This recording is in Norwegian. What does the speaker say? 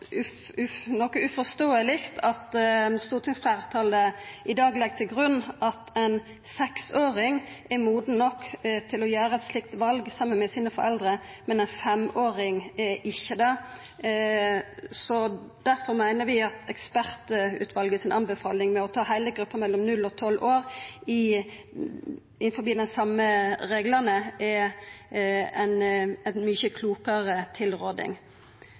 fagleg sett noko uforståeleg at stortingsfleirtalet i dag legg til grunn at ein seksåring er moden nok til å gjera eit slikt val saman med foreldra sine, men at ein femåring ikkje er det. Difor meiner vi at anbefalinga frå ekspertutvalet med å ta heile gruppa mellom 0 og 12 år innanfor dei same reglane, er ei mykje klokare tilråding.